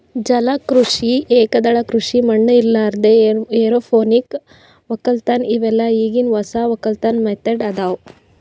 ಜಲ ಕೃಷಿ, ಏಕದಳ ಕೃಷಿ ಮಣ್ಣ ಇರಲಾರ್ದೆ ಎರೋಪೋನಿಕ್ ವಕ್ಕಲತನ್ ಇವೆಲ್ಲ ಈಗಿನ್ ಹೊಸ ವಕ್ಕಲತನ್ ಮೆಥಡ್ ಅದಾವ್